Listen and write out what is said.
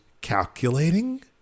calculating